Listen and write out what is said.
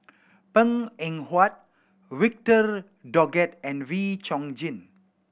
Png Eng Huat Victor Doggett and Wee Chong Jin